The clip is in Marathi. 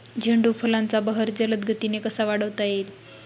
झेंडू फुलांचा बहर जलद गतीने कसा वाढवता येईल?